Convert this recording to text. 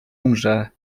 umrze